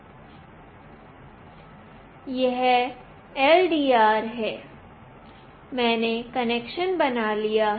यह LDR है मैंने कनेक्शन बना लिया है